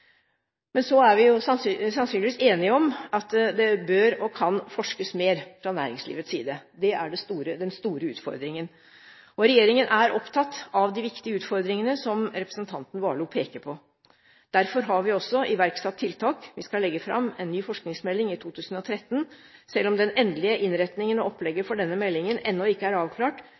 Men så er vi sannsynligvis enige om at det bør og kan forskes mer fra næringslivets side. Det er den store utfordringen, og regjeringen er opptatt av de viktige utfordringene som representanten Warloe peker på. Derfor har vi også iverksatt tiltak. Vi skal legge fram en ny forskningsmelding i 2013. Selv om den endelige innretningen og opplegget for denne meldingen ennå ikke er avklart,